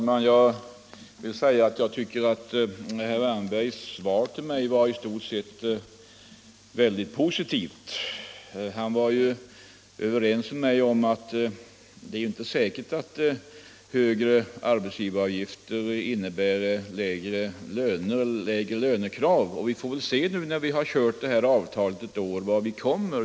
Herr talman! Jag tycker att herr Wärnbergs svar till mig i stort sett var positivt. Han var ju överens med mig om att det inte är säkert att högre arbetsgivaravgifter innebär lägre lönekrav, och vi får väl se nu, när vi kört med det här avtalet ett år, vart vi kommer.